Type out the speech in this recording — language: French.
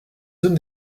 zone